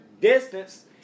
distance